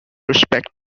respect